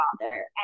father